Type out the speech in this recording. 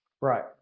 Right